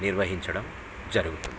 నిర్వహించడం జరుగుతుంది